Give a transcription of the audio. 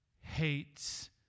hates